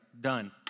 done